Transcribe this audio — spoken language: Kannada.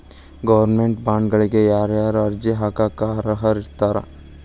ಗೌರ್ಮೆನ್ಟ್ ಬಾಂಡ್ಗಳಿಗ ಯಾರ್ಯಾರ ಅರ್ಜಿ ಹಾಕಾಕ ಅರ್ಹರಿರ್ತಾರ?